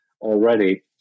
already